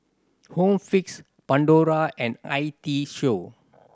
Home Fix Pandora and I T Show